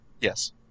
Yes